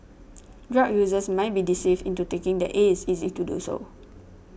drug users might be deceived into taking that it is easy to do so